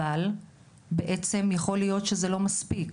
אבל בעצם יכול להיות שזה לא מספיק